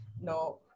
No